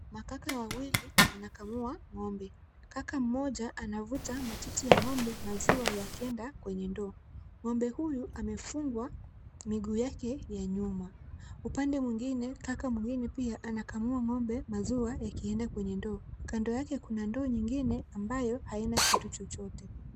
Makaka wawili wanakamua ng'ombe. Kaka mmoja anavuta matiti ya ng'ombe maziwa yakienda kwenye ndoo. Ng'ombe huyu amefungwa miguu yake ya nyuma. Upande mwingine, kaka mwingine pia anakamua ng'ombe maziwa yakienda kwenye ndoo. Kando yake kuna ndoo nyingine ambayo haina kitu chochote.